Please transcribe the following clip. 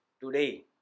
today